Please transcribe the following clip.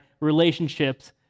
relationships